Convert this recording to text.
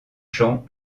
champs